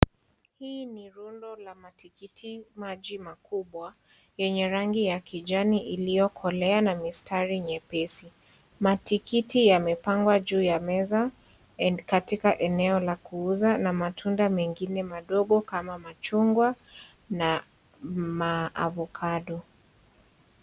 Hii ni rundo la matikiti maji makubwa, yenye rangi ya kijani iliyokolea na mistari nyepesi. Mtikiti yamepangwa juu ya meza, katika eneo la kuuza na matunda mengine madogo kama machungwa na avokado.